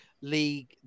league